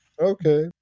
Okay